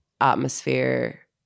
atmosphere